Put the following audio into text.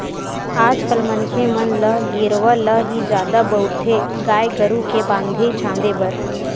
आज कल मनखे मन ल गेरवा ल ही जादा बउरथे गाय गरु के बांधे छांदे बर